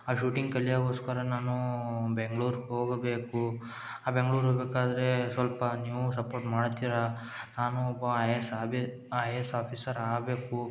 shooting ಕಲಿಯಗೋಸ್ಕರ ನಾನು ಬೆಂಗ್ಳೂರು ಹೋಗಬೇಕು ಬೆಂಗ್ಳೂರು ಹೋಗ್ಬೇಕಾದರೆ ಸ್ವಲ್ಪ ನೀವು ಸಪೋರ್ಟ್ ಮಾಡ್ತಿರಾ ನಾನು ಒಬ್ಬ ಐ ಎ ಎಸ್ ಅಬಿ ಐ ಎ ಎಸ್ ಆಫೀಸರ್ ಆಗಬೇಕು